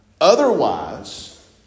Otherwise